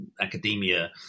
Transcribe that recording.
academia